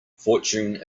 fortune